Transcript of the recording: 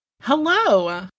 Hello